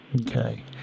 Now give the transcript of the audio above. Okay